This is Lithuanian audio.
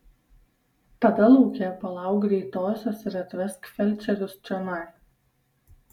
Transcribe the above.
tada lauke palauk greitosios ir atvesk felčerius čionai